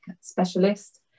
specialist